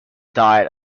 diet